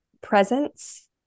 presence